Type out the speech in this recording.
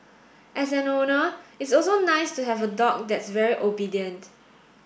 as an owner it's also nice to have a dog that's very obedient